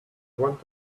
want